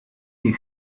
die